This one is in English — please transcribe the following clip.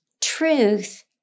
Truth